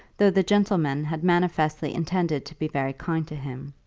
though the gentleman had manifestly intended to be very kind to him.